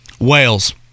Wales